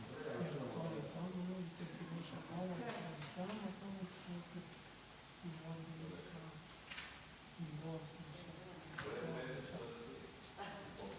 Hvala vam